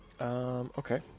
okay